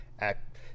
act